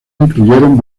incluyeron